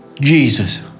Jesus